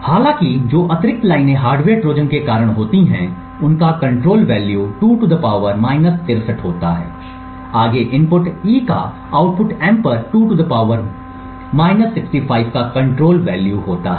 हालाँकि जो अतिरिक्त लाइनें हार्डवेयर ट्रोजन के कारण होती हैं उनका कंट्रोल वैल्यू 2 होता है आगे इनपुट E का आउटपुट M पर 2 का कंट्रोल वैल्यू होता है